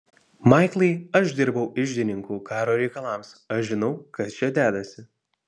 maiklai aš dirbau iždininku karo reikalams aš žinau kas čia dedasi